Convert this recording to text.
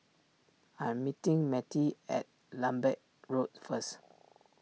I am meeting Mettie at Lambeth Walk first